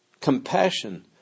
compassion